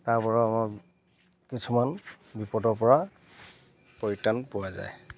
তাৰ পৰা আমাৰ কিছুমান বিপদৰ পৰা পৰিত্ৰাণ পোৱা যায়